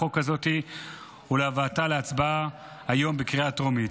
החוק הזאת ולהבאתה להצבעה היום בקריאה הטרומית,